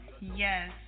yes